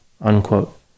unquote